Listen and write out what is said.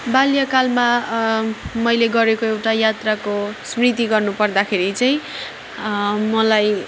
बाल्यकालमा मैले गरेको एउटा यात्राको स्मृति गर्नु पर्दाखेरि चाहिँ मलाई